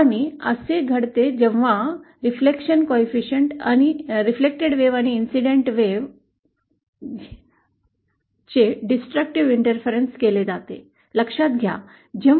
आणि असे घडते जेव्हा प्रतिबिंबित आणि घटना च्या बाजूने विनाशकारी हस्तक्षेप केला जातो